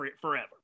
forever